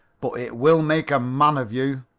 but it will make a man of you.